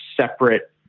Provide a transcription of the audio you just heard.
separate